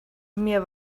mir